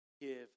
give